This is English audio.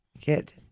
Get